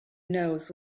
knows